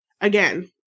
Again